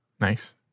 Nice